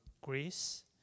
Greece